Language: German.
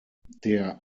der